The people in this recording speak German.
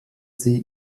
sie